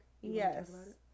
Yes